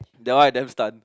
that one I damn stun